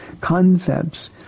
concepts